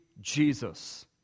Jesus